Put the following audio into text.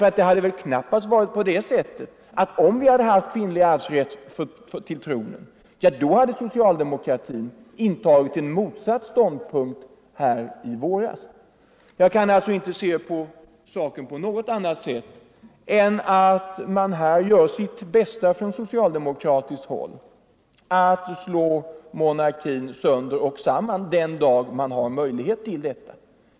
Det kan väl knappast heller vara på det sättet att om vi hade haft kvinnlig arvsrätt till tronen, socialdemokratin hade intagit en motsatt ståndpunkt i våras? Jag kan alltså inte se denna fråga på annat sätt än att man från socialdemokratiskt håll gör sitt bästa för att slå monarkin sönder och samman den dag man har möjlighet att göra det.